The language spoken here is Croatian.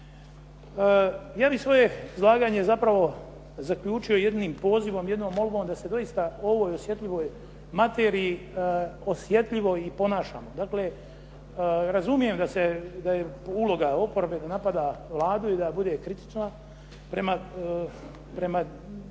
Ja bih svoje izlaganje zapravo zaključio jednim pozivom, jednom molbom da se doista o ovoj osjetljivoj materiji osjetljivo i ponašamo. Dakle, razumijem da je uloga oporbe da napada Vladu i da bude kritična prema djelovanju